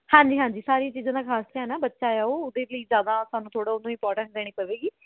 ਹਾਂਜੀ ਹਾਂਜੀ ਸਾਰੀਆਂ ਚੀਜ਼ਾਂ ਦਾ ਖਾਸ ਧਿਆਨ ਆ ਬੱਚਾ ਏ ਉਹ ਓਹਦੇ ਲਈ ਜ਼ਿਆਦਾ ਸਾਨੂੰ ਥੋੜ੍ਹਾ ਓਹਨੂੰ ਇਪੋਟੈਂਸ ਦੇਣੀ ਪਵੇਗੀ